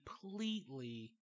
completely